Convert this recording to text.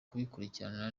kubikurikirana